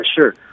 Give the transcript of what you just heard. Sure